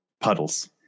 puddles